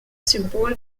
symbol